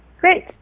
Great